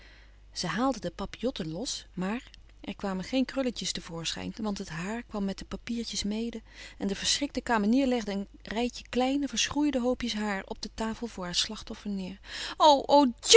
ze haalde de papillotten los maar er kwamen geen krulletjes te voorschijn want het haar kwam met de papiertjes mede en de verschrikte kamenier legde een rijtje kleine verschroeide hoopjes haar op de tafel voor haar slachtoffer neer o